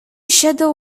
shadow